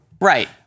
Right